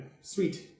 Sweet